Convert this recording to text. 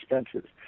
expenses